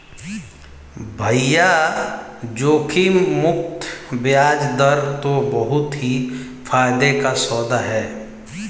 भैया जोखिम मुक्त बयाज दर तो बहुत ही फायदे का सौदा है